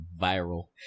viral